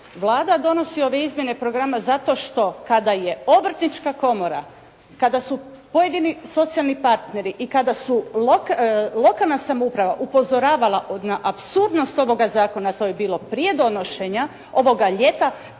Vlada donosi ove izmjene programa zato što kada je obrtnička komora, kada su pojedini socijalni partneri i kada je lokalna samouprava upozoravala na apsurdnost ovoga zakona, to je bilo prije donošenja ovoga ljeta,